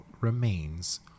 remains